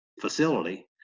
facility